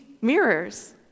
mirrors